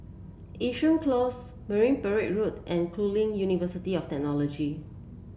Yishun Close Marine Parade Road and Curtin University of Technology